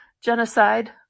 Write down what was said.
genocide